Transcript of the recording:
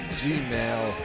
gmail